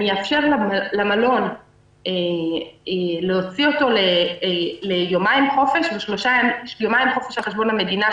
אאפשר למלון להוציא אותו ליומיים חופשה על חשבון המדינה,